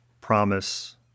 promise